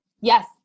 Yes